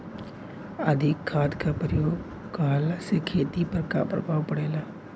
अधिक खाद क प्रयोग कहला से खेती पर का प्रभाव पड़ेला?